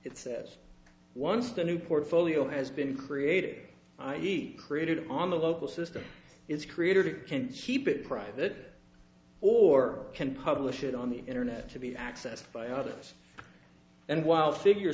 it says once the new portfolio has been created i e created on the local system is created it can't keep it private or can publish it on the internet to be accessed by others and while figure